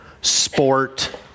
sport